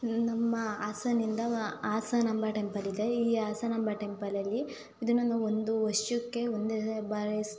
ನಮ್ಮ ಹಾಸನದಿಂದ ಹಾಸನಾಂಬ ಟೆಂಪಲ್ ಇದೆ ಈ ಹಾಸನಾಂಬ ಟೆಂಪಲಲ್ಲಿ ಇದು ನಮ್ಮ ಒಂದು ವರ್ಷಕ್ಕೆ ಒಂದೇ ಬಾರಿ